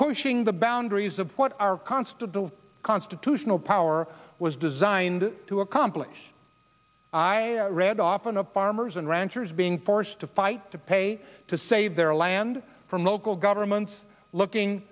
pushing the boundaries of what our constable constitutional power was designed to accomplish i read often of farmers and ranchers being forced to fight to pay to save their land from local governments looking